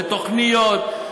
זה תוכניות,